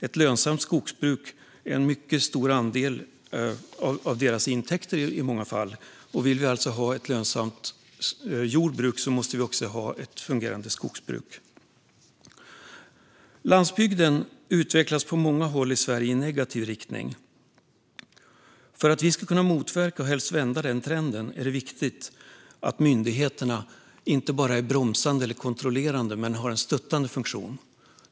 Ett lönsamt skogsbruk står i många fall för en mycket stor andel av deras intäkter. Vill vi ha ett lönsamt jordbruk måste vi också ha ett fungerande skogsbruk. Landsbygden utvecklas på många håll i Sverige i negativ riktning. För att vi ska kunna motverka och helst vända den trenden är det viktigt att myndigheterna inte bara är bromsande eller kontrollerande utan också har en stöttande funktion.